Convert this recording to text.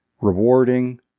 rewarding